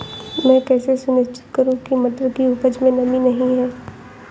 मैं कैसे सुनिश्चित करूँ की मटर की उपज में नमी नहीं है?